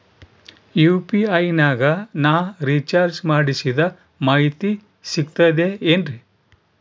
UPI ನಾಗ ನಾ recharge ಮಾಡಿಸಿದ ಮಾಹಿತಿ ಸಿಕ್ತದೆ ಏನ್ರಿ?